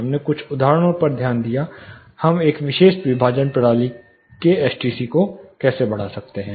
हमने कुछ उदाहरणों पर भी ध्यान दिया हम एक विशेष विभाजन प्रणाली के एसटीसी को कैसे बढ़ाते हैं